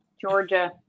Georgia